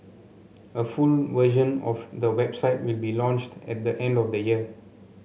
a full version of the website will be launched at the end of the year